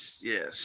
yes